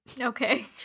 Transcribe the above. Okay